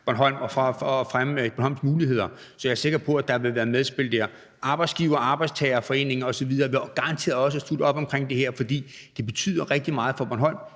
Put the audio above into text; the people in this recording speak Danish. Bornholm og for at fremme Bornholms muligheder. Så jeg er sikker på, at der vil være medspil der. Arbejdsgivere, arbejdstagere, foreninger osv. vil garanteret også slutte op om det her, for det betyder rigtig meget for Bornholm,